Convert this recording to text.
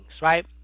right